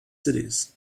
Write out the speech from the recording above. cities